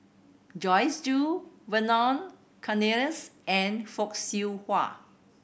Joyce Jue Vernon Cornelius and Fock Siew Wah